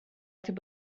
till